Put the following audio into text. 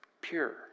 pure